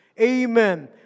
Amen